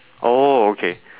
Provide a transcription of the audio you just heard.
oh okay